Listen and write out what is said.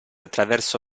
attraverso